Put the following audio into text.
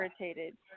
irritated